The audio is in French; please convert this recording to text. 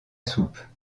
soupe